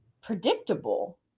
predictable